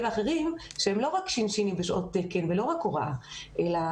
ואחרים שהם לא רק שין-שינים ושעות תקן ולא רק הוראה אלא